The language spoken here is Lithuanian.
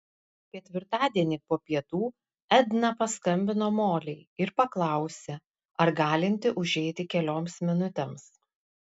ketvirtadienį po pietų edna paskambino molei ir paklausė ar galinti užeiti kelioms minutėms